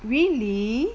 really